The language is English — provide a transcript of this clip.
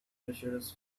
treacherous